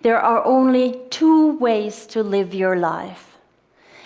there are only two ways to live your life